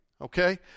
okay